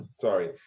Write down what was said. sorry